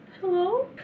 Hello